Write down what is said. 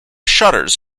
shutters